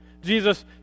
Jesus